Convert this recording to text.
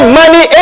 money